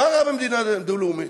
מה רע במדינה דו-לאומית?